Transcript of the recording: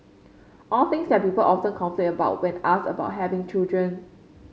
all things that people often complain about when asked about having children